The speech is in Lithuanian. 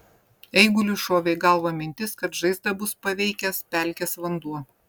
eiguliui šovė į galvą mintis kad žaizdą bus paveikęs pelkės vanduo